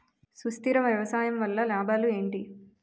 సుస్థిర వ్యవసాయం వల్ల లాభాలు ఏంటి?